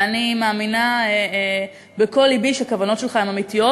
ואני מאמינה בכל לבי שהכוונות שלך הן אמיתיות,